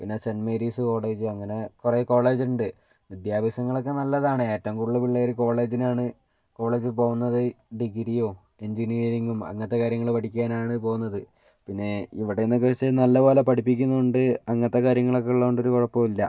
പിന്നെ Saint Mary's College അങ്ങനെ കുറെ കോളേജ്ണ്ട് വിദ്യാഭ്യാസങ്ങൾ ഒക്കെ നല്ലതാണ് ഏറ്റവും കൂടുതൽ പിള്ളേർ കോളേജിനാണ് കോളേജ് പോകുന്നത് ഡിഗ്രിയോ എഞ്ചിനീയറിംഗും അങ്ങനത്തെ കാര്യങ്ങൾ പഠിക്കാനാണ് പോകുന്നത് പിന്നെ ഇവിടെന്നൊക്കെ വെച്ച് നല്ല പോലെ പഠിപ്പിക്കുന്നുണ്ട് അങ്ങനത്തെ കാര്യങ്ങളൊക്കെ ഉള്ളത് കൊണ്ടൊരു കുഴപ്പവും ഇല്ല